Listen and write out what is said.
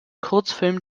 kurzfilm